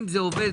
אם זה עובד